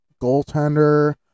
goaltender